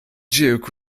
duke